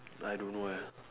I don't know eh